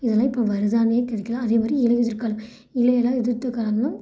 இதெல்லாம் இப்போ வருதான்னே தெரில அதே மாதிரி இலையுதிர் காலம் இலையெல்லாம் உதிர்த்த காலம் தான்